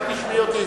רק תשמעי אותי,